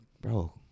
Bro